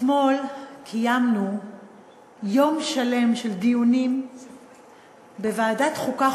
אתמול קיימנו יום שלם של דיונים בוועדת החוקה,